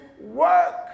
work